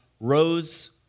rose